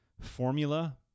formula